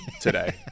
today